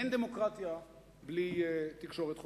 אין דמוקרטיה בלי תקשורת חופשית.